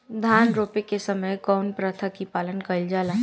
धान रोपे के समय कउन प्रथा की पालन कइल जाला?